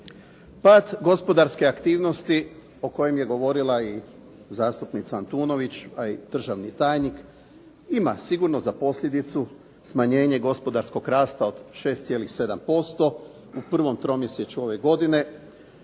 Pad gospodarske aktivnosti o kojem je govorila i zastupnica Antunović, a i državni tajnik, ima sigurno za posljedicu smanjenje i gospodarskog rasta od 6,7% u prvom tromjesečju ove godine.